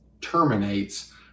terminates